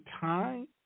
time